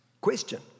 Question